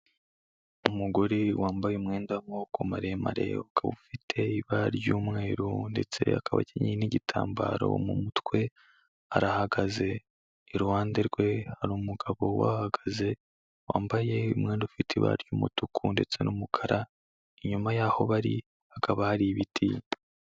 Umugore wambaye umwenda w'amaboko maremare, ukaba ufite ibara ry'umweru, ndetse akaba akenyeye n'igitambaro mu mutwe, arahagaze, iruhande rwe hari umugabo uhahagaze wambaye umwenda ufite ibara ry'umutuku ndetse n'umukara, inyuma y'aho bari hakaba hari ibiti.